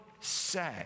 say